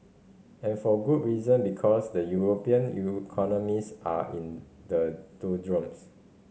and for good reason because the European are in the doldrums